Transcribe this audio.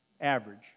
Average